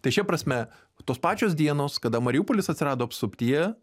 tai šia prasme tos pačios dienos kada mariupolis atsirado apsuptyje